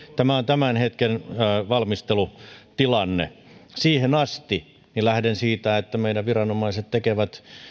tämä on tämän hetken valmistelutilanne siihen asti lähden siitä että meidän viranomaiset tekevät